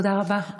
תודה רבה,